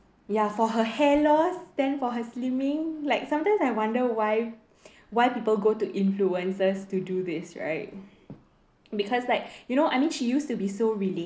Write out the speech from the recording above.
ya for her hair loss then for her slimming like sometimes I wonder why why people go to influencers to do this right because like you know I mean she used to be so relatable